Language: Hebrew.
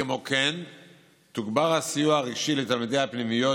כמו כן תוגבר הסיוע הרגשי לתלמידי הפנימיות